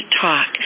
talk